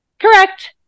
Correct